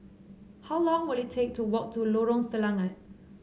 how long will it take to walk to Lorong Selangat